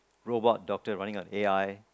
robot doctor running on A_I